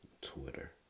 Twitter